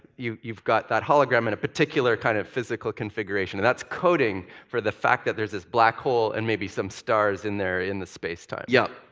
you've you've got that hologram in a particular kind of physical configuration. and that's coding for the fact that there's this black hole, and maybe some stars in there in the spacetime. yeah.